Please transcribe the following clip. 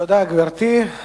תודה, גברתי.